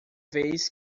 vez